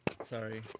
Sorry